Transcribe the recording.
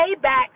payback